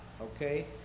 Okay